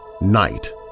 night